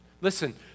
Listen